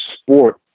sport